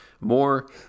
more